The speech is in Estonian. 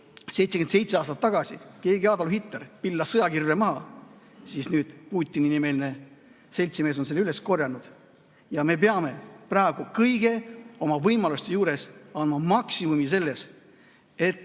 77 aastat tagasi keegi Adolf Hitler pillas sõjakirve maha, siis nüüd Putini-nimeline seltsimees on selle üles korjanud. Ja me peame praegu kõigi oma võimaluste juures tegema maksimumi, et